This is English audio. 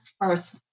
first